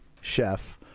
chef